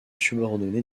subordonné